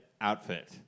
outfit